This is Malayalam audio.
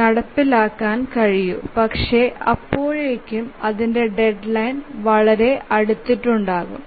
നടപ്പിലാക്കാൻ കഴിയൂ പക്ഷേ അപ്പോഴേക്കും അതിന്റെ ഡെഡ്ലൈൻ വളരെ അടുത്തിട്ടുണ്ടാകും